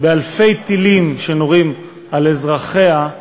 באלפי טילים שנורים על אזרחיה,